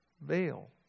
veil